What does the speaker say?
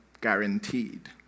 guaranteed